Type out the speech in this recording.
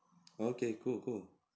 okay cool cool